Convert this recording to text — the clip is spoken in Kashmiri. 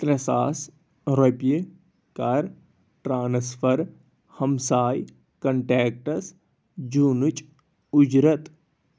ترٛےٚ ساس رۄپیہِ کَر ٹرٛانٕسفر ہمساے کنٹیکٹَس جوٗنٕچ اُجرت